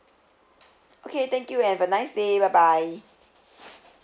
okay thank you have a nice day bye bye